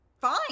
Fine